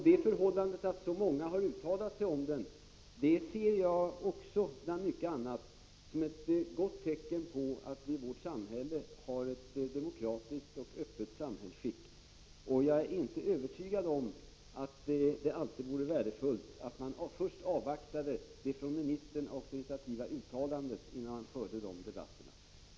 Det förhållandet att så många har uttalat sig om densamma ser jag — bland mycket annat — som ett gott tecken på att vi har ett demokratiskt och öppet samhällsskick. Jag är inte övertygad om att det alltid är värdefullt att avvakta ministerns auktoritativa uttalande, innan man ger sig in i debatten.